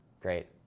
Great